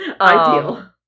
Ideal